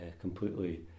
completely